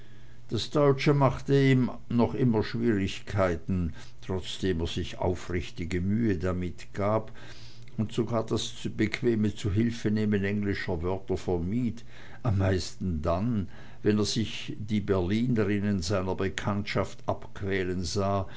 das deutsche machte ihm noch immer schwierigkeiten trotzdem er sich aufrichtige mühe damit gab und sogar das bequeme zuhilfenehmen englischer wörter vermied am meisten dann wenn er sich die berlinerinnen seiner bekanntschaft abquälen sah